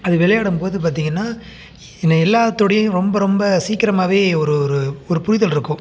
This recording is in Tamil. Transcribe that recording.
அதை விளையாடும் போது பார்த்திங்கன்னா என்ன எல்லாத்தோடையும் ரொம்ப ரொம்ப சீக்கிரமாகவே ஒரு ஒரு ஒரு புரிதல் இருக்கும்